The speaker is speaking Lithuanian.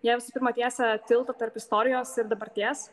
jie visų pirmą tiesia tiltą tarp istorijos ir dabarties